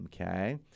Okay